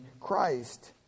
Christ